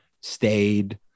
stayed